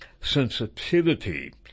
sensitivity